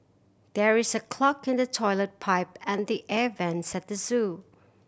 there is a clog in the toilet pipe and the air vents at the zoo